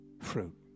fruit